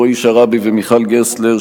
רועי שרעבי ומיכל גרסטלר,